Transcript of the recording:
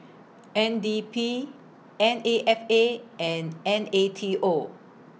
N D P N A F A and N A T O